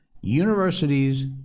universities